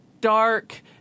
dark